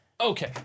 Okay